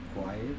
Quiet